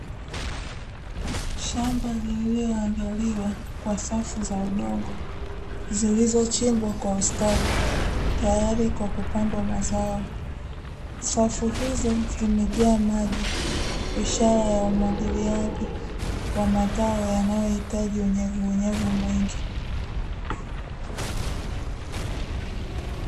Shamba lililoandaliwa kwa safu za udongo zilizochimbwa kwa ustadi tayari kwa kupandwa mazao. Safu hizo zimejaa maji ishara ya umwagiliaji wa mazao yanayohitaji unyevu unyevu mwingi.